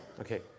okay